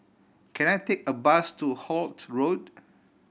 can I take a bus to Holt Road